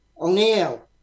O'Neill